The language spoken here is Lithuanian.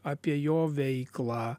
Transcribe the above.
apie jo veiklą